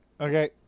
Okay